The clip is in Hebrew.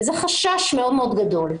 וזה חשש מאוד מאוד גדול.